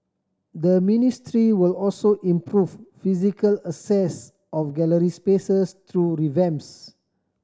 the ministry will also improve physical access of gallery spaces through revamps